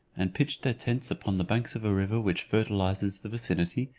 and pitched their tents upon the banks of a river which fertilizes the vicinity,